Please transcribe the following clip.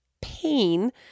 pain